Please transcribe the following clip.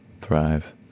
Thrive